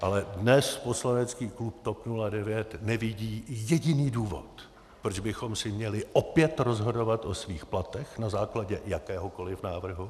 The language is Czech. Ale dnes poslanecký klub TOP 09 nevidí jediný důvod, proč bychom si měli opět rozhodovat o svých platech na základě jakéhokoli návrhu.